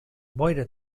boira